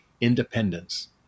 independence